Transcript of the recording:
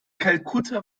kalkutta